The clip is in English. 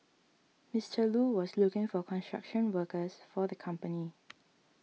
Mister Lu was looking for construction workers for the company